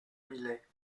millet